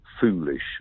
foolish